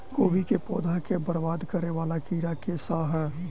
कोबी केँ पौधा केँ बरबाद करे वला कीड़ा केँ सा है?